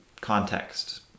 context